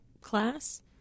class